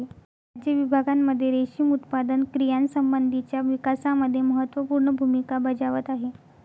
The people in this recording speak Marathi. राज्य विभागांमध्ये रेशीम उत्पादन क्रियांसंबंधीच्या विकासामध्ये महत्त्वपूर्ण भूमिका बजावत आहे